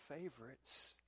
favorites